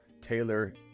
Taylor